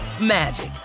magic